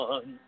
One